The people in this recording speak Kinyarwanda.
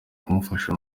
kumufasha